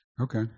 Okay